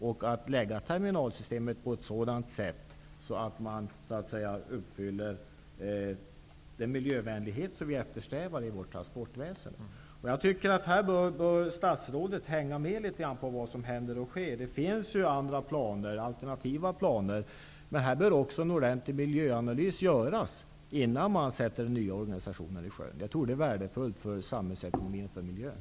Man kan konstruera terminalsystemet på ett sådant sätt att man uppfyller den miljövänlighet som vi eftersträvar i vårt transportväsen. Jag tycker att statsrådet bör hänga med litet grand i vad som händer och sker. Det finns andra alternativa planer. Man behöver göra en ordentlig miljöanalys innan man sätter den nya organisationen i sjön. Det tror jag är värdefullt för samhällsekonomin och miljön.